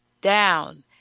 down